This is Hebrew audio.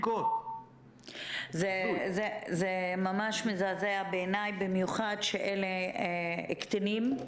זה ממש מזעזע בעיני, במיוחד שאלו קטינים,